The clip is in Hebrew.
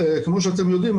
כמו שאתם יודעים,